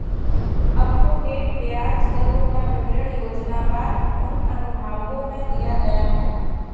up to date ब्याज दरों का विवरण योजनावार उन अनुभागों में दिया गया है